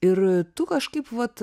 ir tu kažkaip vat